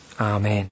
Amen